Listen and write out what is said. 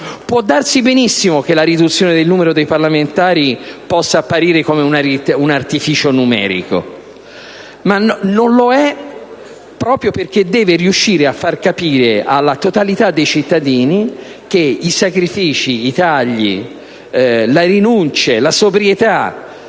Può darsi benissimo che la riduzione del numero dei parlamentari possa apparire come un artificio numerico, ma non lo è proprio perché deve riuscire a far capire alla totalità dei cittadini che i sacrifici, i tagli, le rinunce, la sobrietà,